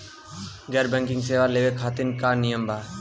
गैर बैंकिंग सेवा लेवे खातिर का नियम बा?